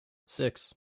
six